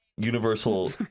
Universal